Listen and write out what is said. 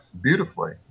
beautifully